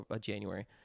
January